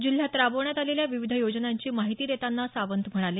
जिल्ह्यात राबवण्यात आलेल्या विविध योजनांची माहिती देताना सावंत म्हणाले